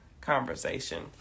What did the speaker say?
conversation